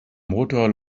motor